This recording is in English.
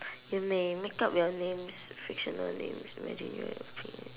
you may make up your names fictional names imagine you are